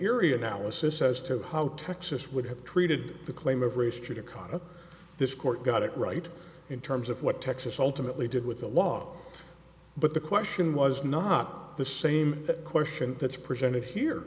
area analysis as to how texas would have treated the claim of race to the conduct this court got it right in terms of what texas ultimately did with the law but the question was not the same question that's presented here